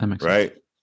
Right